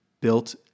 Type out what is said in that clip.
built